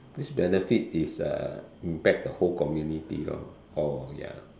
this benefit is uh impact the whole community lor or ya